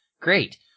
great